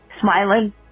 Smiling